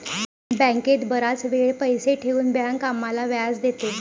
बँकेत बराच वेळ पैसे ठेवून बँक आम्हाला व्याज देते